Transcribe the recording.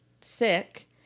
sick